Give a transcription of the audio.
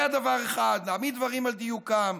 זה דבר אחד, להעמיד דברים על דיוקם.